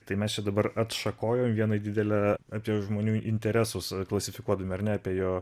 tai mes čia dabar atšakojom vieną didelę apie žmonių interesus klasifikuodami ar ne apie jo